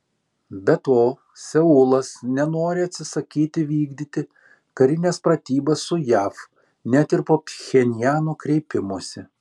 be to seulas nenori atsisakyti vykdyti karines pratybas su jav net ir po pchenjano kreipimosi